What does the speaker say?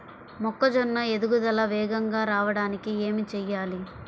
మొక్కజోన్న ఎదుగుదల వేగంగా రావడానికి ఏమి చెయ్యాలి?